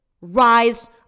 rise